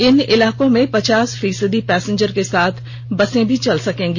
इन इलाकों में पच्चास फीसदी पैसेंजर के साथ बसें भी चल सकेंगी